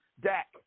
Dak